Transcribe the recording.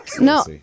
No